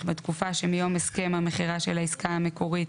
בתקופה שמיום הסכם המכירה של העסקה המקורית